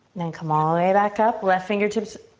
then come all the way back up. left fingertips,